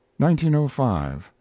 1905